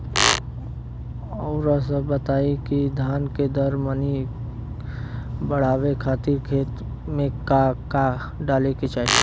रउआ सभ बताई कि धान के दर मनी बड़ावे खातिर खेत में का का डाले के चाही?